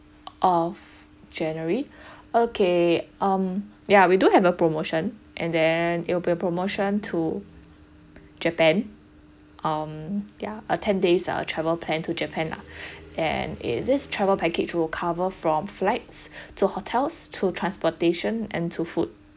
of january okay um ya we do have a promotion and then it'll be a promotion to japan um yeah a ten days uh travel plan to japan lah and it's this travel package will cover from flights to hotels to transportation and to food